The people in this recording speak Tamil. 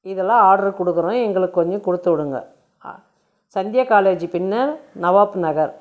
இதல்லாம் ஆட்ரு கொடுக்கறோம் எங்களுக்கு கொஞ்சம் கொடுத்து விடுங்க சந்தியா காலேஜ் பின்னே நவாப் நகர்